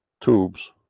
tubes